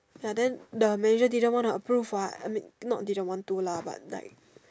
ya then the manager didn't want to approve what I mean not didn't want to lah but like